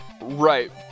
Right